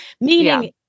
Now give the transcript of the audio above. meaning